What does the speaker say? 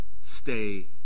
stay